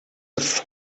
have